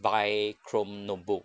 buy chrome notebook